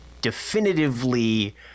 definitively